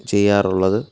ചെയ്യാറുള്ളത്